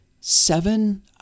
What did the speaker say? seven